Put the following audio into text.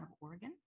Oregon